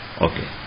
okay